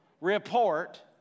report